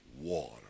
water